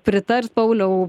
pritars pauliau